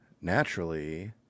Naturally